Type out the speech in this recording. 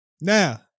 Now